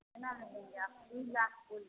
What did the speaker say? कितना में देंगे आप तीन लाख बोल के